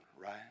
right